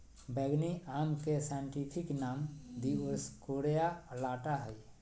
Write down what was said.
बैंगनी आम के साइंटिफिक नाम दिओस्कोरेआ अलाटा हइ